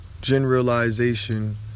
generalization